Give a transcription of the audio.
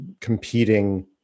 competing